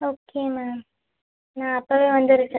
okay ma'am நான் அப்போவே வந்து ரிட்டன்